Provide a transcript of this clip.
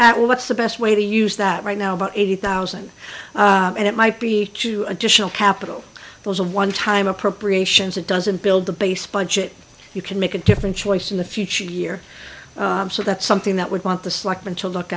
at what's the best way to use that right now about eighty thousand and it might be two additional capital there's a one time appropriations it doesn't build the base budget you can make a different choice in the future year so that's something that would want the selectmen to look